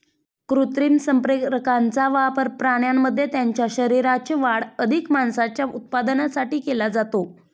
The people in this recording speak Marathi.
कृत्रिम संप्रेरकांचा वापर प्राण्यांमध्ये त्यांच्या शरीराची वाढ अधिक मांसाच्या उत्पादनासाठी केला जातो